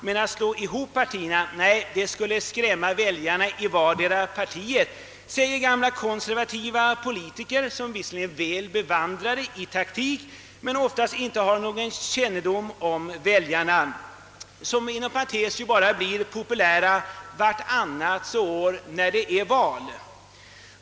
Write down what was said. Men att slå ihop partierna — nej, det skulle skrämma bort väljarna i vardera partiet, säger gamla konservativa politiker, väl bevandrade i taktik men ofta utan kännedom om väljarna. Väljarna blir inom parentes sagt bara populära vartannat år — när det är val.